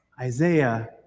Isaiah